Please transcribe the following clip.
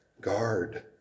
guard